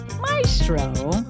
maestro